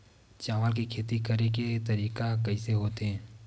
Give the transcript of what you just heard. चावल के खेती करेके तरीका कइसे होथे?